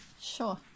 sure